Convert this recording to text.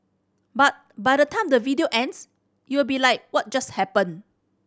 but by the time the video ends you'll be like what just happened